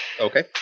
Okay